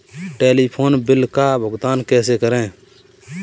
Telephone bill का भुगतान कैसे करें?